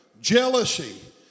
jealousy